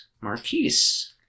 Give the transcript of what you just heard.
Marquise